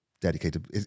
dedicated